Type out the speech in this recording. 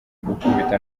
gukubita